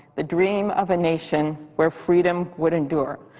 the dream of a nation where freedom would endure.